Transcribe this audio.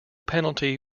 penalty